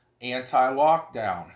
anti-lockdown